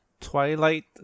Twilight